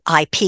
IP